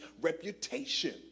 reputation